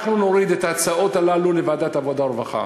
אנחנו נוריד את ההצעות הללו לוועדת העבודה והרווחה,